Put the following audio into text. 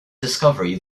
discovery